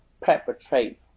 perpetrate